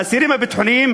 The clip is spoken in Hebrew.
האסירים הביטחוניים